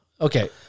Okay